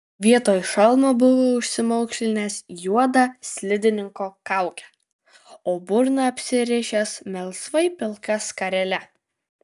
vietoj šalmo buvo užsimaukšlinęs juodą slidininko kaukę o burną apsirišęs melsvai pilka skarele